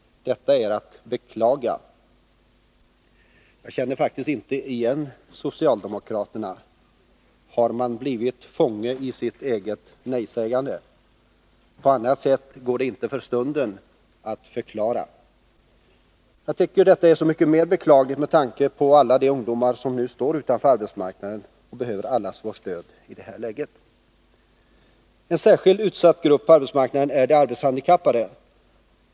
Detta är att beklaga. Jag känner faktiskt inte igen socialdemokraterna. Har de blivit fångar i sitt eget nejsägande? På annat sätt går det inte att förklara. Jag tycker detta är så mycket mer beklagligt med tanke på alla de ungdomar som nu står utanför arbetsmarknaden. De behöver allas vårt stöd i det här läget! En särskilt utsatt grupp på arbetsmarknaden är de arbetshandikappade.